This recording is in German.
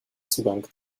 zugang